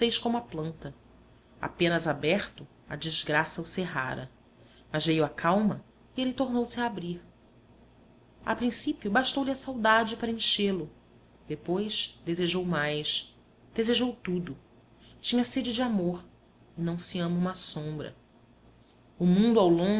como a planta apenas aberto a desgraça o cerrara mas veio a calma e ele tornou-se a abrir a princípio bastou lhe a saudade para enchê lo depois desejou mais desejou tudo tinha sede de amor e não se ama uma sombra o mundo ao longe